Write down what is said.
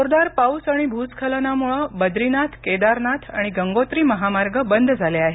जोरदार पाऊस आणि भूस्खलनामुळे बद्रीनाथ केदारनाथ आणि गंगोत्री महामार्ग बंद झाले आहेत